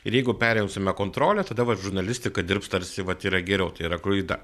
ir jeigu perimsime kontrolę tada vat žurnalistika dirbs tarsi vat yra geriau tai yra klaida